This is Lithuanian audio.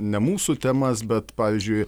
ne mūsų temas bet pavyzdžiui